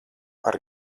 par